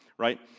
right